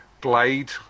Blade